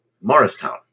Morristown